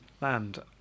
Land